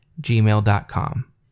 gmail.com